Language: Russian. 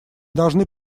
должны